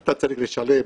אתה צריך לשלם